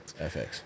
FX